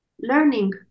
learning